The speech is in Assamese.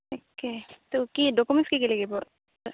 তাকে ত' কি ডকুমেণ্টছ কি কি লাগিব